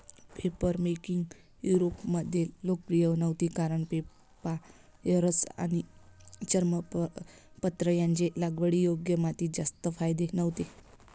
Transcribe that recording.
papermaking युरोपमध्ये लोकप्रिय नव्हती कारण पेपायरस आणि चर्मपत्र यांचे लागवडीयोग्य मातीत जास्त फायदे नव्हते